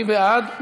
מי בעד?